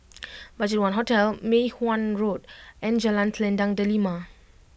BudgetOne Hotel Mei Hwan Road and Jalan Selendang Delima